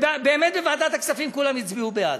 באמת, בוועדת הכספים כולם הצביעו בעד.